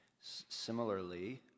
similarly